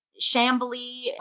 shambly